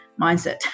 mindset